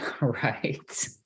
right